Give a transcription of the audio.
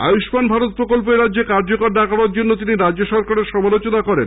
আয়ুষ্মান ভারত প্রকল্প এরাজ্যে কার্যকর না করার জন্য তিনি রাজ্য সরকারের সমালোচনা করেন